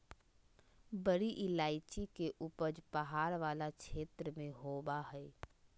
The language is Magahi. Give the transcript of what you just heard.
बड़ी इलायची के उपज पहाड़ वाला क्षेत्र में होबा हइ